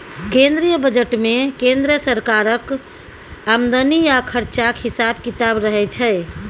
केंद्रीय बजट मे केंद्र सरकारक आमदनी आ खरचाक हिसाब किताब रहय छै